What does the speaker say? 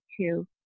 two